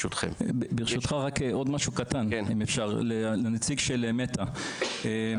אפשר להפנות שאלה לנציג מטא?